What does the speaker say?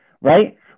right